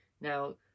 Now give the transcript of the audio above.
Now